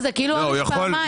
זה כאילו לתת עונש פעמיים.